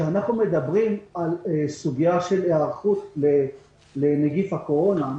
כשאנחנו מדברים על סוגיית היערכות לנגיף הקורונה,